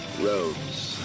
Roads